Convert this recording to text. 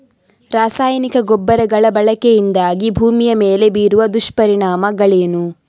ರಾಸಾಯನಿಕ ಗೊಬ್ಬರಗಳ ಬಳಕೆಯಿಂದಾಗಿ ಭೂಮಿಯ ಮೇಲೆ ಬೀರುವ ದುಷ್ಪರಿಣಾಮಗಳೇನು?